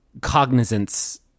cognizance